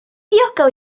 ddiogel